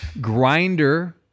Grinder